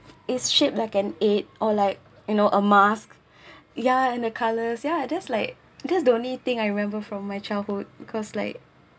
it's shaped like an eight or like you know a mask ya and the colours ya I just like that's the only thing I remember from my childhood because like